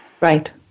Right